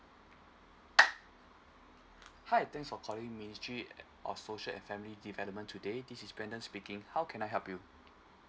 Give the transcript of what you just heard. hi thanks for calling ministry of social and family development today this is Brendon speaking how can I help you